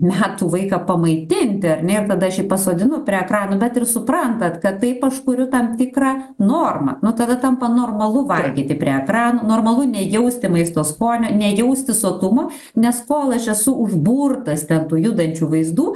metų vaiką pamaitinti ar ne ir tada aš jį pasodinu prie ekranų bet ir suprantat kad taip aš kuriu tam tikrą normą nuo tada tampa normalu valgyti prie ekranų normalu nejausti maisto skonio nejausti sotumo nes kol aš esu užburtas ten tų judančių vaizdų